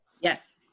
Yes